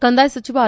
ಕಂದಾಯ ಸಚಿವ ಆರ್